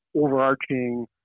overarching